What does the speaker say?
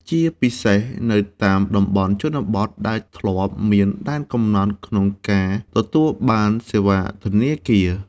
ជាពិសេសនៅតាមតំបន់ជនបទ ដែលធ្លាប់មានដែនកំណត់ក្នុងការទទួលបានសេវាធនាគារ។